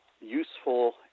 useful